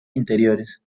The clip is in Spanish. interiores